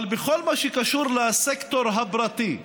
אבל בכל מה שקשור לסקטור הפרטי,